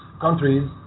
countries